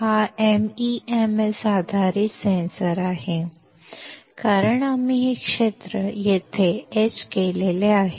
हा MEMS आधारित sensor आहे कारण आम्ही हे क्षेत्र येथे कोरले आहे